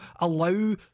allow